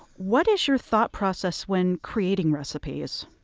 what is your thought process when creating recipes?